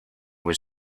was